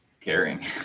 caring